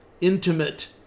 intimate